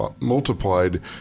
multiplied